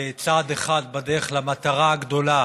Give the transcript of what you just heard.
צעד אחד בדרך למטרה הגדולה